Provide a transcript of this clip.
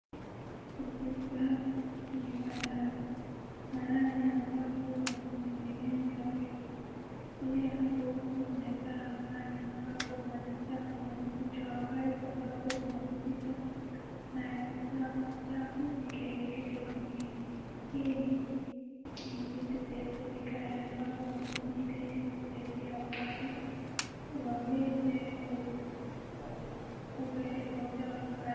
Katika viwandani. Mahali ambapo wanatengeneza vitu. Pia huku inakaa mahali ambapo maji chafu inapitishwa, au pipe ambapo zinapitisha maji chafu zikielekeza kwingine. Hili ni vitu vya serikali ambapo wamejenga ili kusaidia watu waweze kupeleka uchafu mbali.